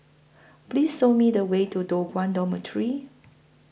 Please Sow Me The Way to Toh Guan Dormitory